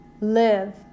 live